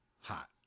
hot